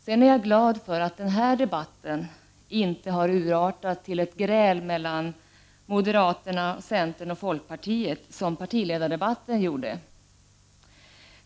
Sedan är jag glad för att den här debatten inte har urartat till ett gräl mellan moderaterna, centern och folkpartiet, som partiledardebatten gjorde.